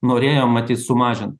norėjom matyt sumažint